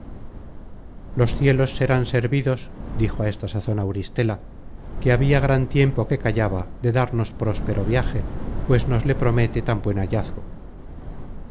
los cielos serán servidos dijo á esta sazon auristela que habia gran tiempo que callaba de darnos próspero viaje pues nos le promete tan buen hallazgo